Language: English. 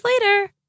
later